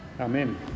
Amen